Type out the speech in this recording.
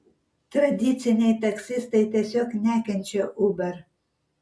tradiciniai taksistai tiesiog nekenčia uber